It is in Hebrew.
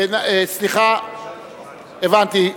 סליחה, הבנתי.